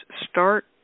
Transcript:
start